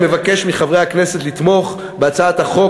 אני מבקש מחברי הכנסת לתמוך בהצעת החוק